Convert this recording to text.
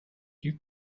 you